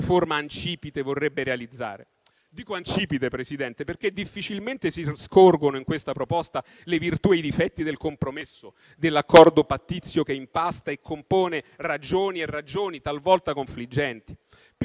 riforma ancipite vorrebbe realizzare. Dico ancipite, Presidente, perché difficilmente si scorgono in questa proposta le virtù e i difetti del compromesso, dell'accordo pattizio che impasta e compone ragioni e ragioni talvolta confliggenti.